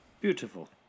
Beautiful